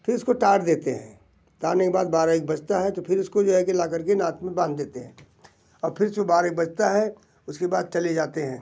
फिर उसको टार देते हैं टारने के बाद बारह एक बजता है तो फिर उसको जो है कि ला कर के नाके में बाँध देते हैं और फिर से बारह एक बजता है उसके बाद चले जाते हैं